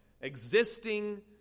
existing